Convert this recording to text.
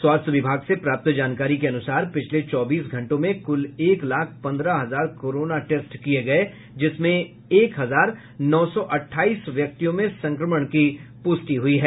स्वास्थ्य विभाग से प्राप्त जानकारी के अनुसार पिछले चौबीस घंटों में कुल एक लाख पन्द्रह हजार कोरोना टेस्ट किये गये जिसमें एक हजार नौ सौ अट्ठाईस व्यक्तिों में संक्रमण की पुष्टि हुई है